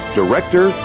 director